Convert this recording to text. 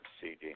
CD